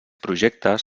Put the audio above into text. projectes